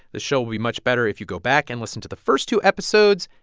the show will be much better if you go back and listen to the first two episodes.